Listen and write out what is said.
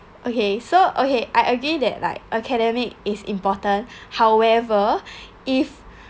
okay so okay I agree that like academic is important however if